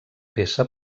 peça